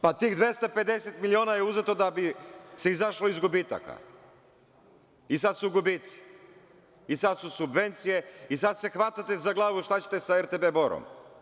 Pa, tih 250 miliona je uzeto da bi se izašlo iz gubitaka, i sad su gubici, i sada su subvencije, i sada se hvatate za glavu šta ćete sa RTB Borom.